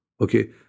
okay